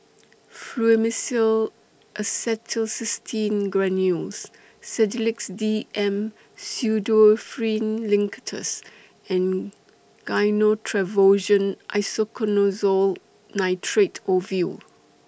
Fluimucil Acetylcysteine Granules Sedilix D M Pseudoephrine Linctus and Gyno Travogen Isoconazole Nitrate Ovule